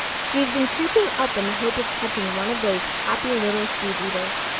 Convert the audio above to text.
she had been creeping up in the hope of catching one of those happy little seedeaters.